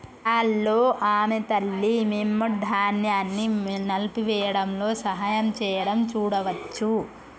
పొలాల్లో ఆమె తల్లి, మెమ్నెట్, ధాన్యాన్ని నలిపివేయడంలో సహాయం చేయడం చూడవచ్చు